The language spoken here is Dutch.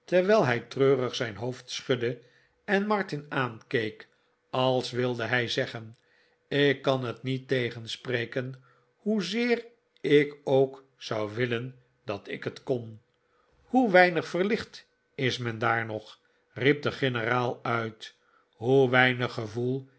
terwijl hij treurig zijn hoofd schudde en martin aankeek als wilde hij zeggen ik kan het niet tegenspreken hoezeer ik ook zou willen dat ik het kon hoe weinig verlicht is men daar nog riep de generaal uit hoe weinig gevoel